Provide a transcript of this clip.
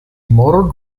motor